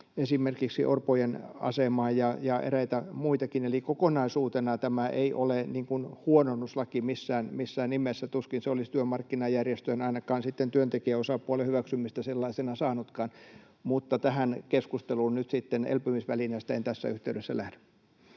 esimerkiksi orpojen asemaan ja eräitä muitakin. Eli kokonaisuutena tämä ei ole huononnus lakiin missään nimessä. Tuskin se olisi työmarkkinajärjestöjen, ainakaan sitten työntekijäosapuolen, hyväksymistä sellaisena saanutkaan. Nyt sitten tähän keskusteluun elpymisvälineestä en tässä yhteydessä lähde.